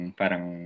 parang